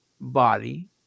body